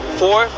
four